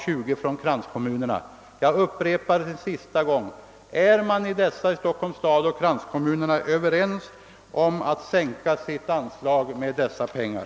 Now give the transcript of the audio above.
Jag upprepar frågan en sista gång: Går Stockholms stad och kranskommunerna med på att sänka sina anslag med dessa belopp?